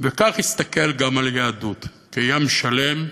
וכך יסתכל גם על היהדות, כים שלם,